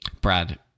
Brad